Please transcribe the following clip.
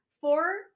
Four